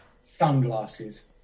Sunglasses